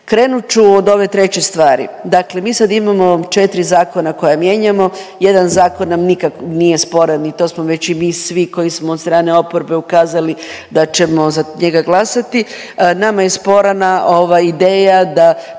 Krenut ću od ove treće stvari, dakle mi sad imamo 4 zakona koja mijenjamo, jedan zakon nam nikak nije sporan i to smo već i mi svi koji smo od strane oporbe ukazali da ćemo za njega glasati, nama je sporna ova ideja da